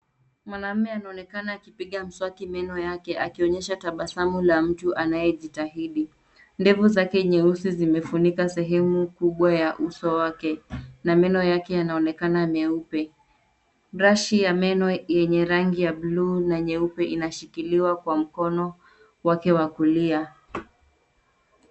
Mwanaume anaonekana akipiga mswaki meno yake akionyesha tabasamu la mtu anayejitahidi. Ndevu zake nyeusi zimefunika sehemu kubwa ya uso wake na meno yake yanaonekana meupe. Brashi ya meno yenye rangi ya bluu na nyeupe inashikiliwa kwa mkono wake wa kulia.